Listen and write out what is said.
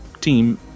team